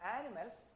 animals